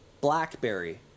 BlackBerry